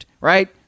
Right